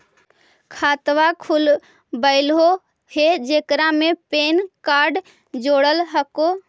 खातवा खोलवैलहो हे जेकरा मे पैन कार्ड जोड़ल हको?